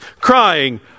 crying